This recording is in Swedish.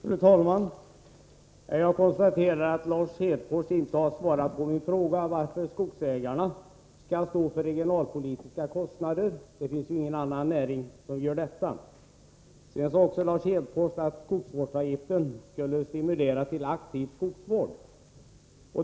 Fru talman! Jag konstaterar att Lars Hedfors inte har svarat på min fråga om varför skogsägarna skall stå för regionalpolitiska kostnader —ingen annan näring gör ju det. Lars Hedfors sade att skogsvårdsavgiften skall stimulera till aktiv skogsvård.